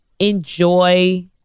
Enjoy